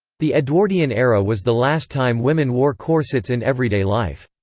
the edwardian era was the last time women wore corsets in everyday life.